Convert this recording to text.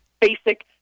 basic